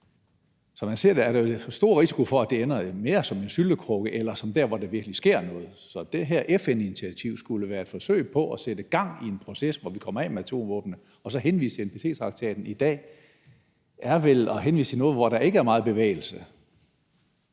Som jeg ser det, er der stor risiko for, at det ender mere som en syltekrukke end som der, hvor der virkelig sker noget. Så det her FN-initiativ skulle være et forsøg på at sætte gang i en proces, hvor vi kommer af med atomvåbnene, og at henvise til NPT-traktaten i dag er vel at henvise til noget, hvor der ikke er meget bevægelse.